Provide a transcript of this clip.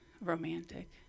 romantic